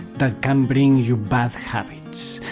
that can bring you bad habits.